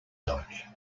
dodge